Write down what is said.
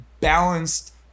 balanced